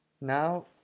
Now